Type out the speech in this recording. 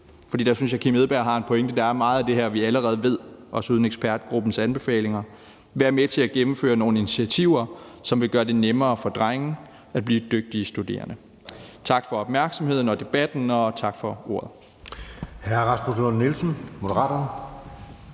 for der synes jeg, at hr. Kim Edberg Andersen har en pointe; der er meget af det her, vi allerede ved, også uden ekspertgruppens anbefalinger – vil være med til at gennemføre nogle initiativer, som vil gøre det nemmere for drenge at blive dygtige studerende. Tak for opmærksomheden og debatten, og tak for ordet.